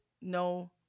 no